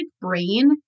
brain